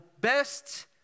best